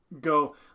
go